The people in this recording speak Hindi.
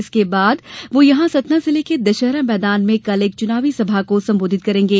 इसके बाद श्री नाथ सतना जिले के दशहरा मैदान में कल एक चुनावी सभा को संबोधित करेंगे